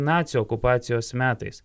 nacių okupacijos metais